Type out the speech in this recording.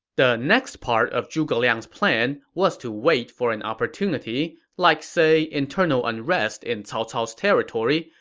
the next part of zhuge liang's plan was to wait for an opportunity, like say, internal unrest in cao cao's territory,